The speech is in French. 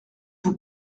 vous